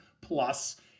plus